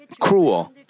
cruel